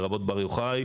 לרבות בר יוחאי,